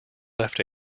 left